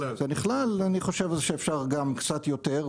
אני חושב שאפשר גם קצת יותר,